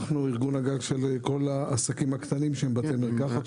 אנחנו ארגון הגג של כל העסקים הקטנים שהם בתי מרקחת.